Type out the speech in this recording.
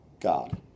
God